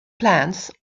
plans